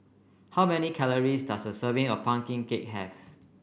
how many calories does a serving of pumpkin cake have